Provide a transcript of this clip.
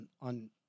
on